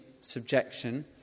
subjection